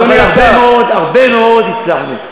אבל הרבה מאוד הצלחנו.